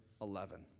eleven